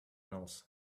else